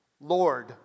Lord